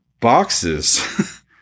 boxes